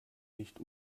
nicht